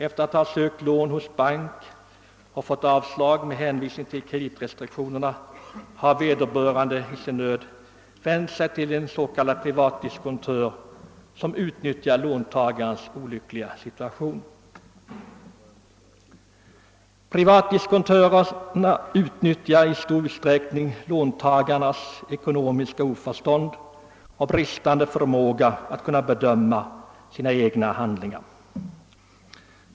Efter att ha sökt lån hos bank och fått avslag med hänvisning till kreditrestriktionerna har vederbörande i sin nöd vänt sig till en s.k. privatdiskontör, som utnyttjar hans olyckliga situation. Privatdiskontörer utnyttjar i stor utsträckning låntagarens ekonomiska oförstånd och bristande förmåga att kunna bedöma sina egna handlingar.